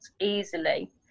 easily